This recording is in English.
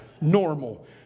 normal